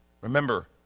Remember